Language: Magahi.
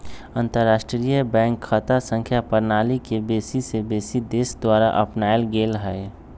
अंतरराष्ट्रीय बैंक खता संख्या प्रणाली के बेशी से बेशी देश द्वारा अपनाएल गेल हइ